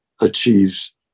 achieves